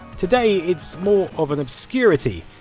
today, it's more of an obscurity.